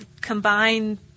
combine